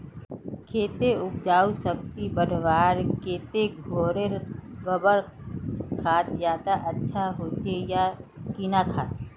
खेतेर उपजाऊ शक्ति बढ़वार केते घोरेर गबर खाद ज्यादा अच्छा होचे या किना खाद?